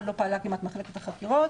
לא פעלה כמעט מחלקת החקירות.